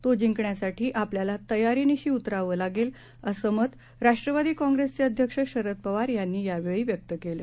तोजिंकण्यासाठीआपल्यालातयारीनिशीउतरावंलागेलअसंमतराष्ट्रवादीकाँग्रेसचेअध्यक्ष शरदपवारयांनीयावेळीव्यक्तकेलं